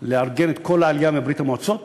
לארגן את כל העלייה מברית-המועצות